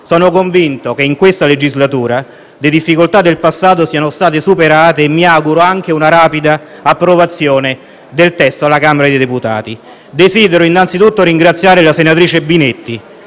Sono convinto che in questa legislatura le difficoltà del passato siano state superate e mi auguro anche una rapida approvazione del testo alla Camera dei deputati. Desidero anzitutto ringraziare la senatrice Binetti,